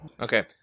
Okay